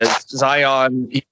Zion